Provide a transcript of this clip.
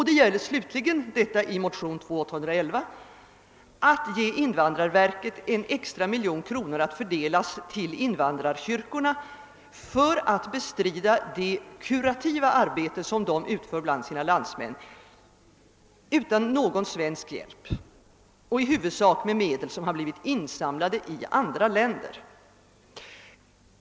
Det gäller slutligen, enligt förslag i motion II: 811, att ge invandrarverket en extra miljon kronor att fördelas till invandrarkyrkorna för att bestrida det kurativa arbete dessa utför bland sina landsmän, utan någon svensk hjälp och i huvudsak med medel insamlade i andra länder.